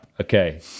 Okay